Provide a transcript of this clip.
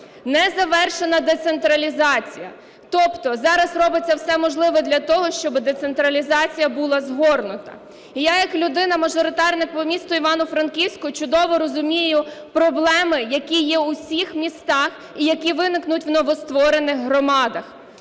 Не завершена децентралізація. Тобто зараз робиться все можливе для того, щоб децентралізація була згорнута. І я як людина-мажоритарник по місту Івано-Франківську чудово розумію проблеми, які є у всіх містах і які виникнуть в новостворених громадах.